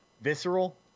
Visceral